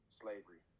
slavery